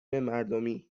مردمی